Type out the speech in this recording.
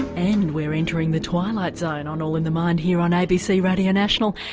and we're entering the twilight zone on all in the mind here on abc radio national.